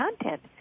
content